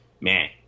man